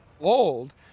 old